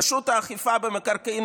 רשות האכיפה במקרקעין,